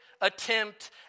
attempt